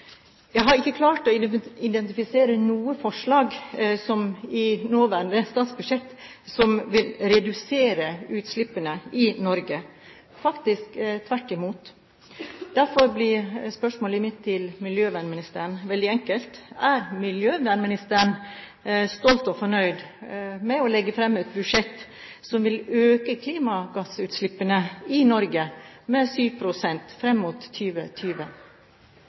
Jeg har ikke klart å identifisere noe forslag i nåværende statsbudsjett som vil redusere utslippene i Norge, faktisk tvert imot. Derfor blir spørsmålet mitt til miljøvernministeren veldig enkelt: Er miljøvernministeren stolt av og fornøyd med å legge fram et budsjett som vil øke klimagassutslippene i Norge med 7 pst. fram mot